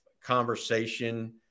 conversation